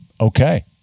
okay